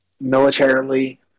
militarily